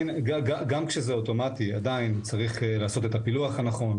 גם כשזה אוטומטי עדיין צריך לעשות את הפילוח הנכון,